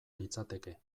litzateke